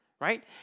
Right